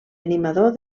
animador